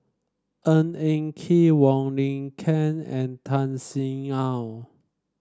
Ng Eng Kee Wong Lin Ken and Tan Sin Aun